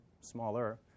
smaller